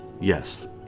yes